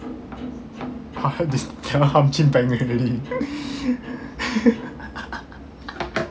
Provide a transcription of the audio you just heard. kena hum ji bang already